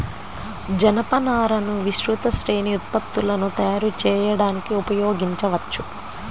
జనపనారను విస్తృత శ్రేణి ఉత్పత్తులను తయారు చేయడానికి ఉపయోగించవచ్చు